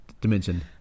Dimension